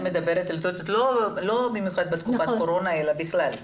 את מדברת לא במיוחד בתקופת הקורונה אלא בכלל.